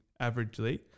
averagely